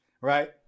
Right